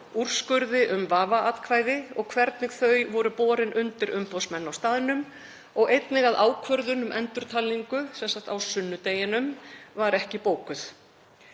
úrskurði um vafaatkvæði og hvernig þau voru borin undir umboðsmenn á staðnum og einnig að ákvörðun um endurtalningu, sem sagt á sunnudeginum, var ekki bókuð.